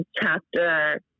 chapter